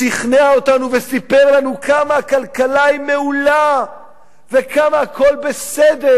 שכנע אותנו וסיפר לנו כמה הכלכלה היא מעולה וכמה הכול בסדר,